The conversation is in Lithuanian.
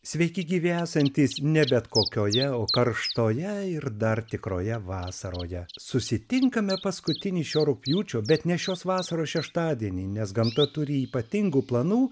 sveiki gyvi esantys ne bet kokioje o karštoje ir dar tikroje vasaroje susitinkame paskutinį šio rugpjūčio bet ne šios vasaros šeštadienį nes gamta turi ypatingų planų